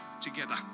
together